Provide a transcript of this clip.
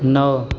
नओ